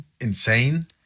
insane